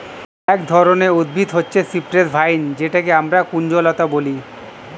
এক ধরনের উদ্ভিদ হচ্ছে সিপ্রেস ভাইন যেটাকে আমরা কুঞ্জলতা বলি